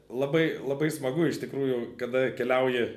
labai labai smagu iš tikrųjų kada keliauji